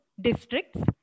districts